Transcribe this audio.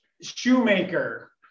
shoemaker